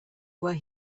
where